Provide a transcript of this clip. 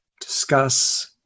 discuss